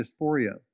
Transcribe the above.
dysphoria